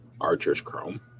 Archers-Chrome